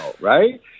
right